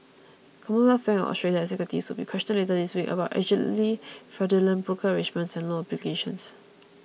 Commonwealth Bank of Australia executives will be questioned later this week about allegedly fraudulent broker arrangements and loan applications